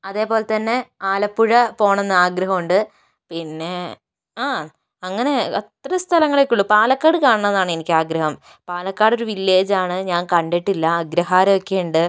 അതേപോലെ തന്നെ ആലപ്പുഴ പോകണം എന്നാഗ്രഹമുണ്ട് പിന്നെ ആ അങ്ങനെ അത്ര സ്ഥലങ്ങളൊക്കേയുള്ളൂ പാലക്കാട് കാണണം എന്നാണെനിക്കാഗ്രഹം പാലക്കാട് ഒരു വില്ലജാണ് ഞാൻ കണ്ടിട്ടില്ല അഗ്രഹാരമൊക്കെ ഉണ്ട്